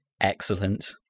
Excellent